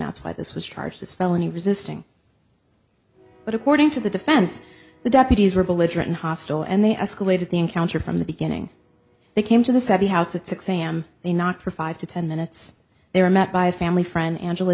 that's why this was charged as felony resisting but according to the defense the deputies were belligerent hostile and they escalated the encounter from the beginning they came to the savvy house at six am they knocked for five to ten minutes they were met by a family friend angel